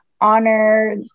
honor